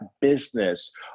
business